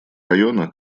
районах